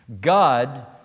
God